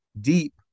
deep